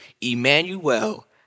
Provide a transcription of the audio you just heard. Emmanuel